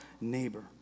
neighbor